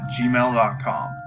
gmail.com